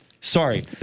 sorry